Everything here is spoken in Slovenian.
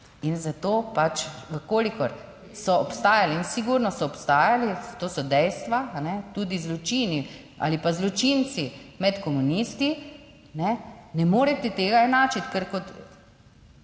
in zato pač, v kolikor so obstajali, in sigurno so obstajali, to so dejstva, tudi zločini ali pa zločinci med komunisti, ne ne morete tega enačiti. Ker kot